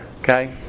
Okay